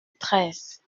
treize